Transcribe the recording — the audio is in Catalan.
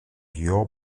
guió